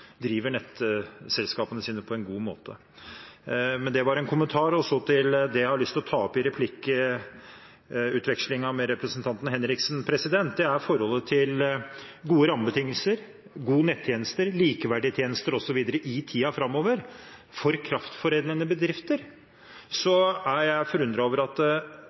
driver nettselskapene sine på en god måte. Det var en kommentar. Så til det jeg har lyst til å ta opp i replikkutvekslingen med representanten Odd Henriksen, og det er forholdet til gode rammebetingelser, gode nettjenester, likeverdige tjenester osv. i tiden framover for kraftforedlende bedrifter. Jeg er forundret over at